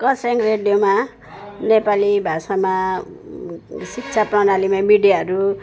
कर्सियङ रेडियोमा नेपाली भाषामा शिक्षा प्रणालीमा मिडियाहरू